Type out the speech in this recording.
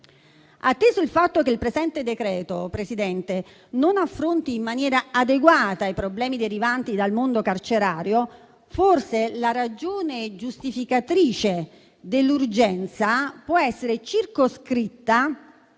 Atteso il fatto che il presente decreto non affronta in maniera adeguata i problemi derivanti dal mondo carcerario, forse la ragione giustificatrice dell'urgenza può essere circoscritta